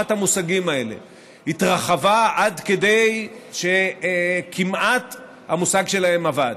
המושגים האלה התרחבה עד כדי שכמעט המושג שלהם אבד.